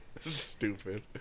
Stupid